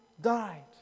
died